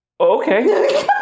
Okay